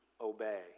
obey